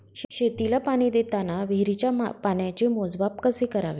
शेतीला पाणी देताना विहिरीच्या पाण्याचे मोजमाप कसे करावे?